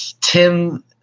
Tim